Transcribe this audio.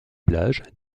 plages